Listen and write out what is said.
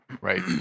Right